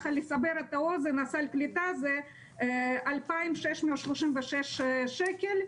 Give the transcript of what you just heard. לסבר את האוזן, סל הקליטה זה 2,636 שקל.